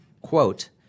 quote